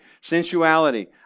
sensuality